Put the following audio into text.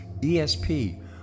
ESP